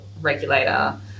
regulator